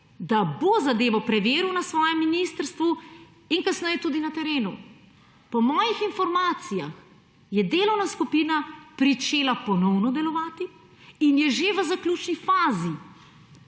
da bo zadevo preveril na svojem ministrstvu in kasneje tudi na terenu. Po mojih informacijah je delovna skupina pričela ponovno delovati in je že v zaključni fazi